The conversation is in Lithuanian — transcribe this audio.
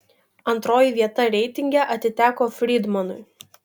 antroji vieta reitinge atiteko frydmanui